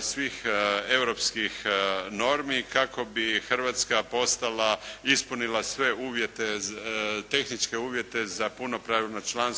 svih europskih normi kako bi Hrvatska postala, ispunila sve uvjete, tehničke uvjete za punopravno članstvo